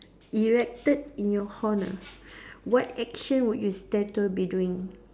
erected in your honour what action would your statue be doing